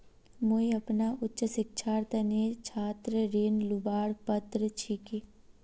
मुई अपना उच्च शिक्षार तने छात्र ऋण लुबार पत्र छि कि?